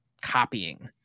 copying